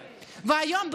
והיום,